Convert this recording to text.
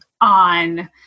on